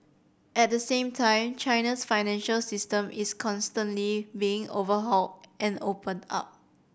at the same time China's financial system is constantly being overhauled and opened up